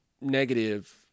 negative